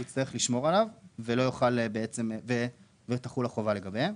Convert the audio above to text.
הוא יצטרך לשמור עליו ותחול החובה לגבי זה.